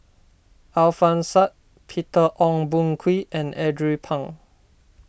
Alfian Sa'At Peter Ong Boon Kwee and Andrew Phang